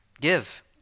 give